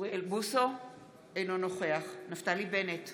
אינו נוכח נפתלי בנט,